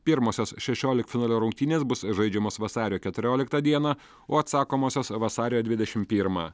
pirmosios šešioliktfinalio rungtynės bus žaidžiamos vasario keturioliktą dieną o atsakomosios vasario dvidešim pirmą